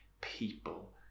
people